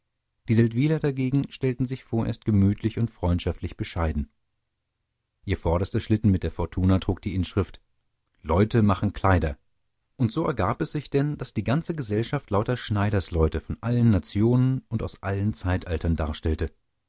die seldwyler dagegen stellten sich vorerst gemütlich und freundschaftlich bescheiden ihr vorderster schlitten mit der fortuna trug die inschrift leute machen kleider und so ergab es sich denn daß die ganze gesellschaft lauter schneidersleute von allen nationen und aus allen zeitaltern darstellte